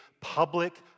public